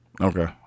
Okay